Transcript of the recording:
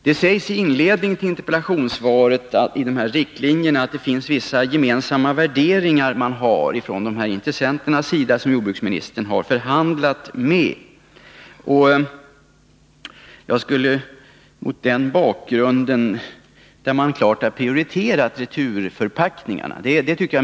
Det sägs i inledningen till interpellationssvaret att intressenterna och jordbruksministern har förhandlat sig fram till vissa gemensamma riktlinjer. Jag skulle mot den bakgrunden vilja påpeka att jag tycker det är mycket värdefullt att man klart har prioriterat returförpackningarna.